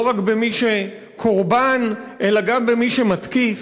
לא רק בקורבן אלא גם במי שמתקיף.